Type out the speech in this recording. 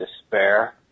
despair